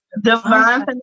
Divine